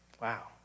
Wow